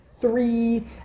three